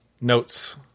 notes